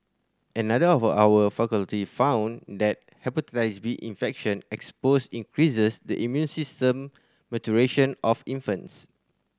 another of our faculty found that Hepatitis B infection exposure increases the immune system maturation of infants